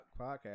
podcast